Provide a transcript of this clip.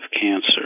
cancer